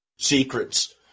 secrets